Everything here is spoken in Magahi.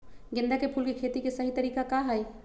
गेंदा के फूल के खेती के सही तरीका का हाई?